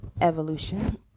Evolution